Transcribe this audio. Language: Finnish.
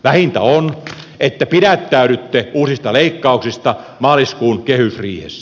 vähintä on että pidättäydytte uusista leikkauksista maaliskuun kehysriihessä